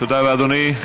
תודה רבה, אדוני.